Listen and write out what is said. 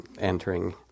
entering